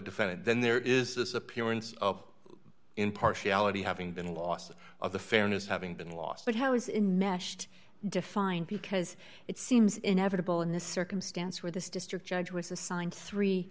defendant then there is this appearance of impartiality having been lost of the fairness having been lost but how is in mashed defined because it seems inevitable in this circumstance where this district judge was assigned three